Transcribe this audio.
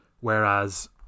Whereas